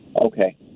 Okay